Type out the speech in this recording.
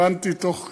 הבנתי תוך כדי,